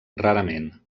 rarament